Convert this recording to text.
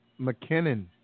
McKinnon